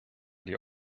die